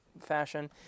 fashion